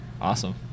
Awesome